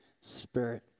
Spirit